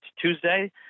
Tuesday